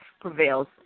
prevails